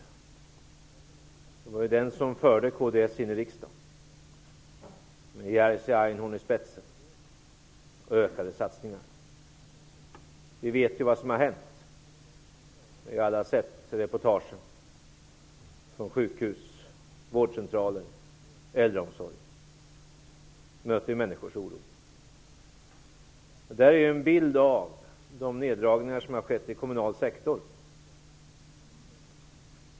Men det var den frågan som förde kds in i riksdagen, med Jerzy Einhorn i spetsen för ökade satsningar. Vi vet alla vad som har hänt. Vi har sett reportagen; på sjukhus, vårdcentraler och i äldreomsorgen möter vi människors oro. Det är en bild av de neddragningar som har skett i den kommunala sektorn.